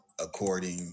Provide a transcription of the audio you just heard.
according